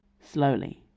Slowly